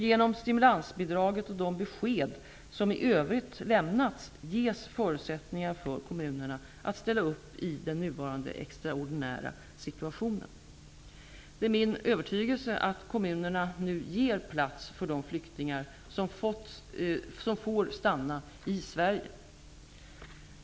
Genom stimulansbidraget och de besked som i övrigt lämnats ges förutsättningar för kommunerna att ställa upp i den nuvarande extraordinära situationen. Det är min övertygelse att kommunerna nu ger plats för de flyktingar som får stanna i Sverige.